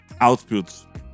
outputs